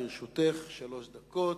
לרשותך שלוש דקות.